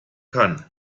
kann